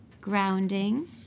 grounding